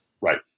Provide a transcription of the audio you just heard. Right